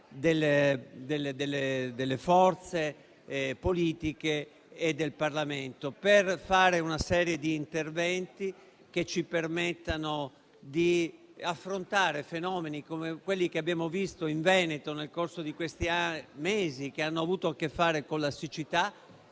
delle forze politiche del Parlamento. Questo per fare una serie di interventi che ci permettano di affrontare fenomeni come quelli che abbiamo visto in Veneto nel corso di questi mesi che hanno avuto a che fare con la siccità,